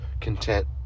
content